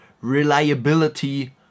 reliability